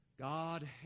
God